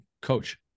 coach